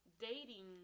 dating